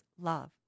love